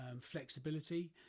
flexibility